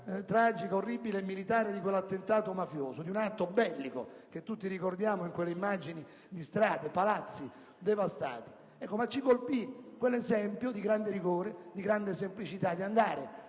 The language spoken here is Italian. tragica, orribile e militare di quell'attentato mafioso, di un atto bellico che tutti ricordiamo in quelle immagini di strade e palazzi devastati. Ci colpì quell'esempio di grande rigore e semplicità: il fatto